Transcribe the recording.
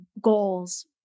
goals